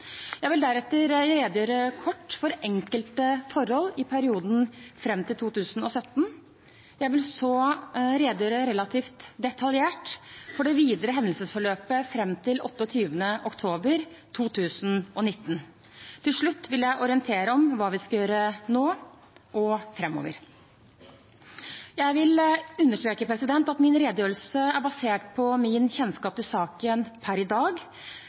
Jeg vil deretter redegjøre kort for enkelte forhold i perioden fram til 2017. Jeg vil så redegjøre relativt detaljert for det videre hendelsesforløpet fram til 28. oktober 2019. Til slutt vil jeg orientere om hva vi skal gjøre nå og framover. Jeg vil understreke at min redegjørelse er basert på min kjennskap til saken per i dag.